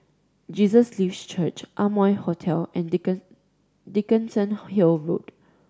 Jesus Lives Church Amoy Hotel and Dickenson Hill Road